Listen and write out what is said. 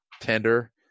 tender